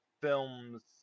films